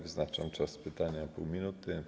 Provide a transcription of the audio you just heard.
Wyznaczam czas pytania - pół minuty.